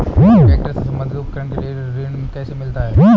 Tractor से संबंधित उपकरण के लिए ऋण कैसे मिलता है?